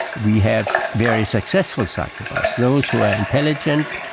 we have very successful psychopaths, those who are intelligent,